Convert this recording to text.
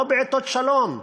לא בעתות שלום.